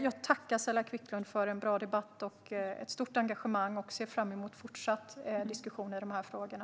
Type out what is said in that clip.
Jag tackar Saila Quicklund för en bra debatt och ett stort engagemang, och jag ser fram emot fortsatta diskussioner om de här frågorna.